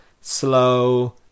slow